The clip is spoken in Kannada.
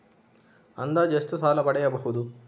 ಅಂದಾಜು ಎಷ್ಟು ಸಾಲ ಪಡೆಯಬಹುದು?